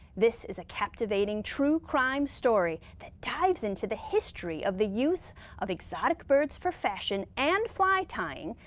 this is a captivating true crime story that ties into the history of the use of exotic birds for fashion and fly-tying,